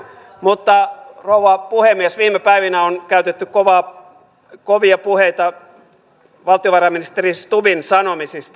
mutta rouva puhemies viime päivinä on käytetty kovia puheita valtiovarainministeri stubbin sanomisista